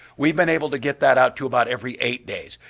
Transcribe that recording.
we've been able to get that out to about every eight days.